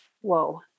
Whoa